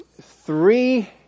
three